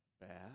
bad